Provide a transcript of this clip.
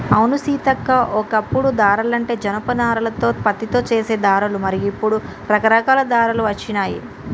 అవును సీతక్క ఓ కప్పుడు దారాలంటే జనప నారాలతో పత్తితో చేసే దారాలు మరి ఇప్పుడు రకరకాల దారాలు వచ్చినాయి